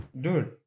Dude